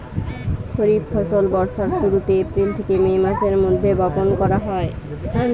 খরিফ ফসল বর্ষার শুরুতে, এপ্রিল থেকে মে মাসের মধ্যে বপন করা হয়